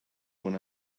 when